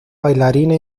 bailarina